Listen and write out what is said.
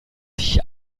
sich